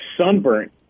sunburned